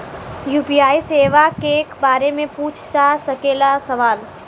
UPI सेवा के बारे में पूछ जा सकेला सवाल?